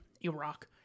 Iraq